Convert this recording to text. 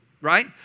right